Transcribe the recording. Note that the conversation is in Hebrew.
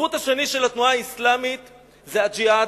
כחוט השני של התנועה האסלאמית זה הג'יהאד,